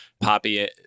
Poppy